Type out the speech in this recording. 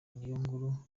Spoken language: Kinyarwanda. niyonkuru